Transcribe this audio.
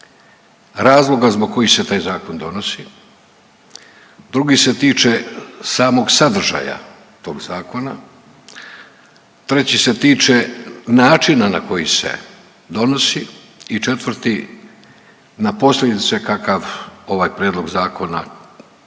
razloga zbog kojih se taj zakon donosi, drugi se tiče samog sadržaja tog zakona, treći se tiče načina na koji se donosi i četvrti na posljedice kakav ovaj prijedlog zakona,